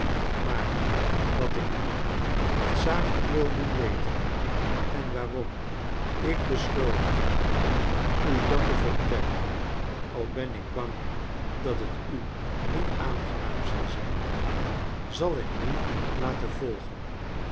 maar wat ik u hoofdzakelijk wil doen weten en waarom ik besloten heb u dat te vertellen al ben ik bang dat het u niet aangenaam zal zijn zal ik nu laten volgen